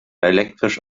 elektrisch